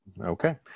Okay